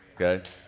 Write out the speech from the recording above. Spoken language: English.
okay